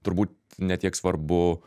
turbūt ne tiek svarbu